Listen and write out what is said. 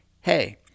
Hey